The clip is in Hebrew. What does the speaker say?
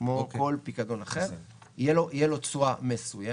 כמו כל פיקדון אחר תהיה לו תשואה מסוימת